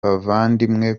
bavandimwe